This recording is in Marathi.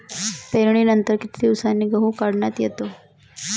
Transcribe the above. पेरणीनंतर किती दिवसांनी गहू काढण्यात येतो?